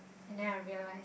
and then I realised